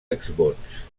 exvots